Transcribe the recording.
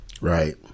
Right